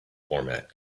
format